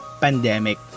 pandemic